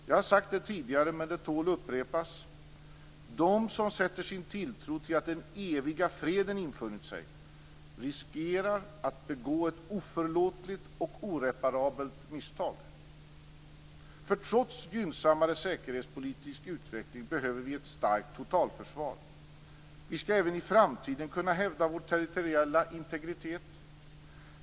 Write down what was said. Jag har sagt det tidigare, men det tål att upprepas: De som sätter sin tilltro till att den eviga freden infunnit sig riskerar att begå ett oförlåtligt och oreparabelt misstag, för trots gynnsammare säkerhetspolitisk utveckling behöver vi ett starkt totalförsvar. Vi skall även i framtiden kunna hävda vår territoriella integritet.